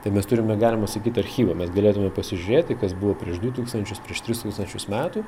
tai mes turime galima sakyt archyvą mes galėtume pasižiūrėti kas buvo prieš du tūkstančius prieš tris tūkstančius metų